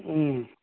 ꯎꯝ